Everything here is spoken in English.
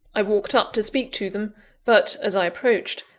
i walked up to speak to them but, as i approached,